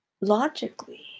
logically